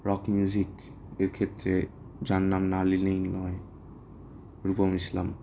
rock music এক্ষেত্রে যার নাম না নিলেই নয় রূপম ইসলাম